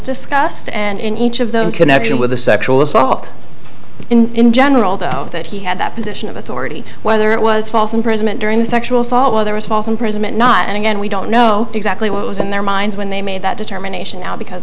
discussed and in each of those connection with the sexual assault in general doubt that he had that position of authority whether it was false imprisonment during the sexual assault where there was false imprisonment not and again we don't know exactly what was in their minds when they made that determination because